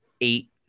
eight